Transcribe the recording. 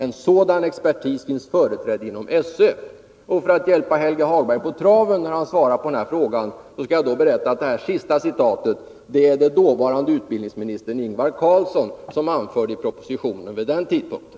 En sådan finns företrädd inom SÖ.” För att hjälpa Helge Hagberg på traven när han svarar på den här frågan, skall jag berätta att det var den dåvarande utbildningsministern Ingvar Carlsson som anförde detta i propositionen vid den tidpunkten.